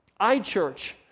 iChurch